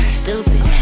stupid